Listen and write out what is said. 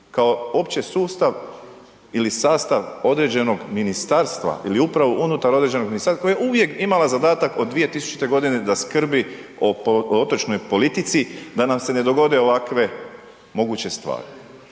kao opće sustav ili sastav određenog ministarstva ili upravo unutar određenog ministarstva koje je uvijek imala zadatak od 2000. g. da skrbi o otočnoj politici da nam se ne dogode ovakve moguće stvari.